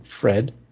Fred